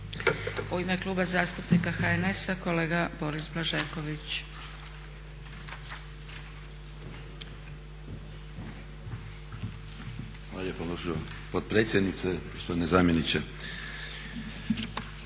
U ime Kluba zastupnika HNS-a kolega Boris Blažeković.